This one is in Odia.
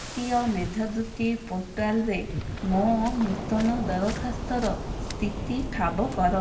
ଜାତୀୟ ମେଧାବୃତ୍ତି ପୋର୍ଟାଲ୍ରେ ମୋ ନୂତନ ଦରଖାସ୍ତର ସ୍ଥିତି ଠାବ କର